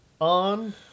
on